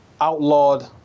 outlawed